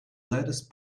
lettuce